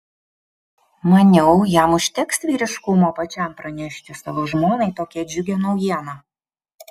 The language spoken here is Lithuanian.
maniau jam užteks vyriškumo pačiam pranešti savo žmonai tokią džiugią naujieną